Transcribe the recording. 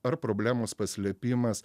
ar problemos paslėpimas